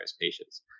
patients